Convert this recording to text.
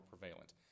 prevalent